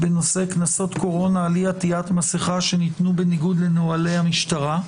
בנושא: "קנסות קורונה על אי-עטיית מסכה שניתנו בניגוד לנוהלי המשטרה".